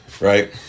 Right